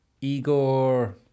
Igor